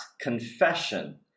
confession